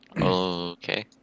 Okay